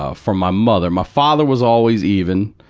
ah from my mother. my father was always even,